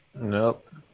Nope